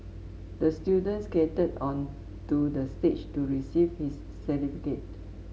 the student skated onto the stage to receive his certificate